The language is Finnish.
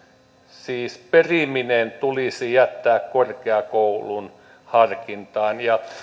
siis periminen tulisi jättää korkeakoulun harkintaan